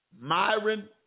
Myron